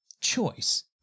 choice